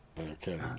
Okay